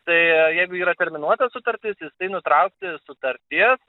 tai jeigu yra terminuota sutartis jisai nutraukti sutarties